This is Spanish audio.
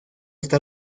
está